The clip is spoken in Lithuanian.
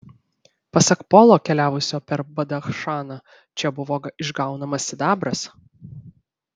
pasak polo keliavusio per badachšaną čia buvo išgaunamas sidabras